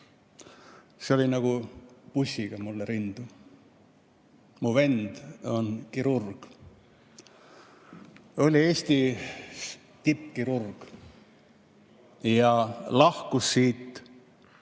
See oli nagu pussiga mulle rindu. Mu vend on kirurg, oli Eesti tippkirurg ja lahkus siit.